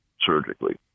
surgically